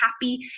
happy